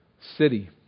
city